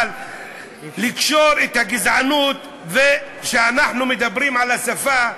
אבל לקשור את הגזענות כשאנחנו מדברים על השפה,